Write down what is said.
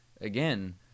again